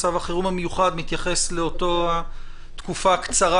מצב החירום המיוחד מתייחס לאותה תקופה קצרה